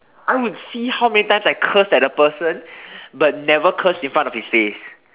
I would see how many times I curse at a person but never curse in front of his face